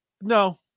No